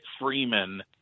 Freeman